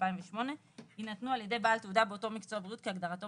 התשס"ח-2008 ,יינתנו על ידי בעל תעודה באותו מקצוע בריאות כהגדרתו